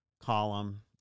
column